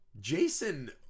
Jason